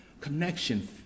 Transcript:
connection